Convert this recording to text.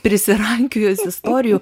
prisirankiojus istorijų